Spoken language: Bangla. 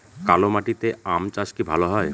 কালো মাটিতে আম চাষ কি ভালো হয়?